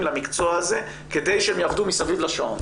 למקצוע הזה כדי שהן יעבדו מסביב לשעון',